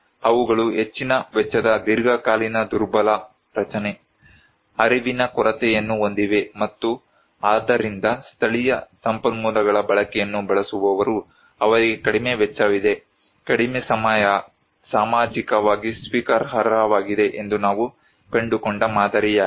ಆದ್ದರಿಂದ ಅವುಗಳು ಹೆಚ್ಚಿನ ವೆಚ್ಚದ ದೀರ್ಘಕಾಲೀನ ದುರ್ಬಲ ರಚನೆ ಅರಿವಿನ ಕೊರತೆಯನ್ನು ಹೊಂದಿವೆ ಮತ್ತು ಆದ್ದರಿಂದ ಸ್ಥಳೀಯ ಸಂಪನ್ಮೂಲಗಳ ಬಳಕೆಯನ್ನು ಬಳಸುವವರು ಅವರಿಗೆ ಕಡಿಮೆ ವೆಚ್ಚವಿದೆ ಕಡಿಮೆ ಸಮಯ ಸಾಮಾಜಿಕವಾಗಿ ಸ್ವೀಕಾರಾರ್ಹವಾಗಿದೆ ಎಂದು ನಾವು ಕಂಡುಕೊಂಡ ಮಾದರಿಯಾಗಿದೆ